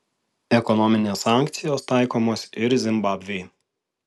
ekonominės sankcijos taikomos ir zimbabvei